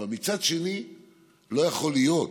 אבל מצד שני לא יכול להיות